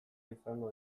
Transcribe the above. izango